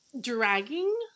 dragging